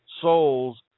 souls